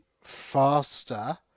faster